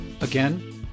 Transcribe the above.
Again